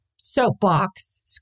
Soapbox